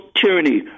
tyranny